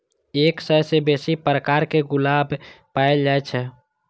एक सय सं बेसी प्रकारक गुलाब पाएल जाए छै